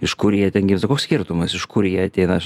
iš kur jie ten koks skirtumas iš kur jie ateina aš